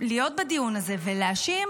להיות בדיון הזה ולהאשים